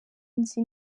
nzi